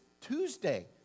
Tuesday